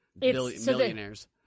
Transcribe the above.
Millionaires